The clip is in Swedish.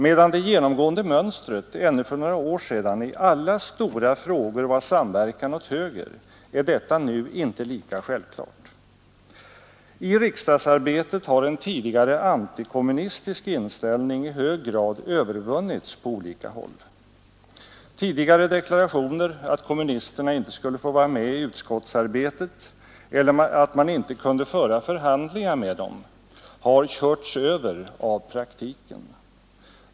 Medan det genomgående mönstret ännu för några år sedan i alla stora frågor var samverkan åt höger, är detta nu inte lika självklart. I riksdagsarbetet har en tidigare antikommunistisk inställning i hög grad övervunnits på olika håll. Tidigare deklarationer att kommunisterna inte skulle få vara med i utskottsarbetet eller att man inte kunde föra förhandlingar med dem har körts över av praktiken.